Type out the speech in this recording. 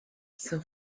saint